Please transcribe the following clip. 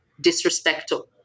disrespectful